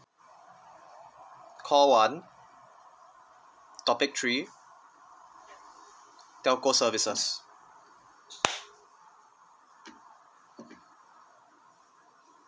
call one topic three telco services